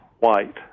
white